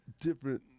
different